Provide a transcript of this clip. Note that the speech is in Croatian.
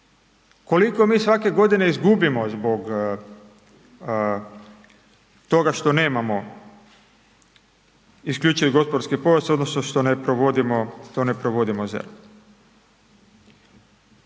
Koliko mi svake godine izgubimo zbog toga što nemamo isključivi gospodarski pojas odnosno što ne provodimo,